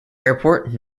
airport